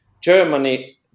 Germany